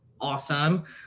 Awesome